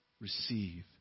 receive